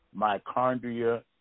mitochondria